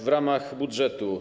W ramach budżetu.